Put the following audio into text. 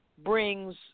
brings